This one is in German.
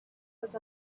als